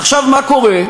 עכשיו, מה קורה?